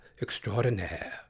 extraordinaire